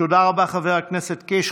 תודה רבה, חבר הכנסת קיש.